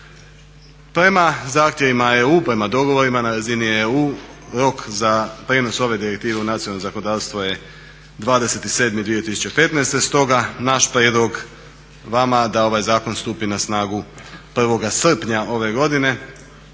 Prema zahtjevima EU, prema dogovorima na razini EU rok za prijenos ove direktive u nacionalno zakonodavstvo je 20.7.2015., stoga naš prijedlog vama da ovaj zakon stupi na snagu 1. srpnja ove godine.